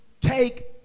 take